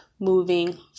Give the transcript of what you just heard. moving